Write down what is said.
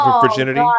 virginity